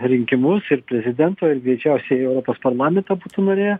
rinkimus ir prezidento ir greičiausiai europos parlamentą būtų norėję